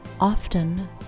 often